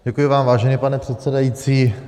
Děkuji vám, vážený pane předsedající.